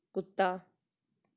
ਕੁੱਤਾ